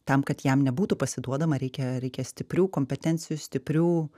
tam kad jam nebūtų pasiduodama reikia reikia stiprių kompetencijų stiprių